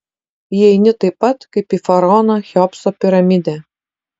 įeini taip pat kaip į faraono cheopso piramidę